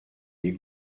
les